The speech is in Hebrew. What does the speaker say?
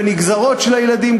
ונגזרות של הילדים,